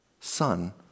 Sun